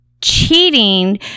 cheating